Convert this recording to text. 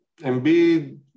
Embiid